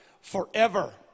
forever